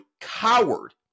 coward